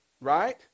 right